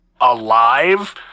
alive